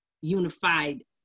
unified